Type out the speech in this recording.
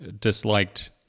disliked